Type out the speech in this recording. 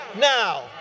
now